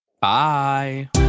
bye